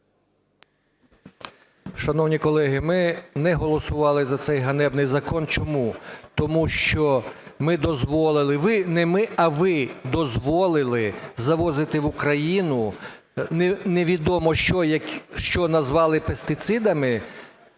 Шановні колеги, ми не голосували за цей ганебний закон. Чому? Тому що ми дозволили... Ви, не ми, а ви дозволили завозити в Україну невідомо що, що назвали пестицидами,